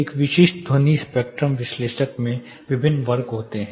एक विशिष्ट ध्वनि स्पेक्ट्रम विश्लेषक में विभिन्न वर्ग होते हैं